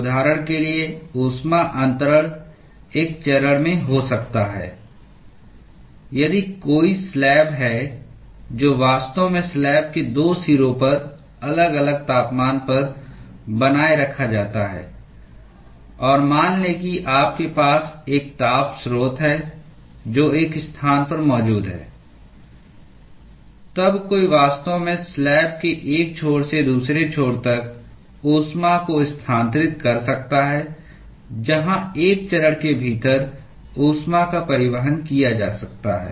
उदाहरण के लिए ऊष्मा अन्तरण एक चरण में हो सकता है यदि कोई स्लैब है जो वास्तव में स्लैब के 2 सिरों पर अलग अलग तापमान पर बनाए रखा जाता है और मान लें कि आपके पास एक ताप स्रोत है जो एक स्थान पर मौजूद है तब कोई वास्तव में स्लैब के एक छोर से दूसरे छोर तक ऊष्मा को स्थानांतरित कर सकता है जहां एक चरण के भीतर ऊष्मा का परिवहन किया जाता है